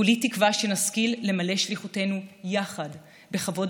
כולי תקווה שנשכיל למלא את שליחותנו יחד בכבוד